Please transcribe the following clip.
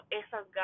esas